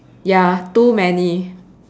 ya too many